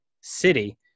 City